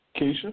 Keisha